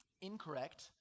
incorrect